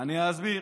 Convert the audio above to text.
אני אסביר.